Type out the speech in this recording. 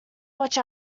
watch